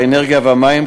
האנרגיה והמים,